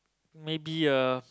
maybe uh